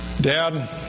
Dad